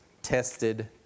Tested